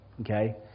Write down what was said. Okay